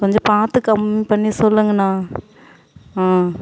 கொஞ்சம் பார்த்து கம்மிப் பண்ணி சொல்லுங்கண்ணா ஆ